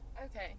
Okay